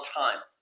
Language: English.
time